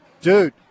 dude